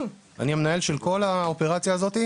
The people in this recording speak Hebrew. אני מנהל את כל האופרציה הזאת,